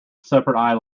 separate